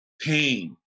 pain